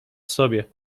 sobie